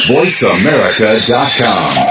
VoiceAmerica.com